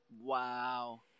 Wow